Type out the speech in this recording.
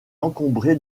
encombré